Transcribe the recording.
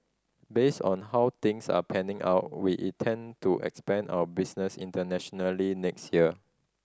based on how things are panning out we intend to expand our business internationally next year